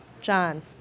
John